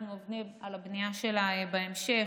ואנחנו עובדים על הבנייה שלה בהמשך,